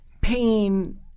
pain